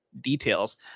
details